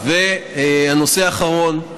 והנושא האחרון,